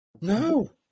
No